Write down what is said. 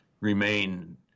remain